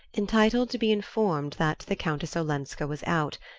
entitled to be informed that the countess olenska was out,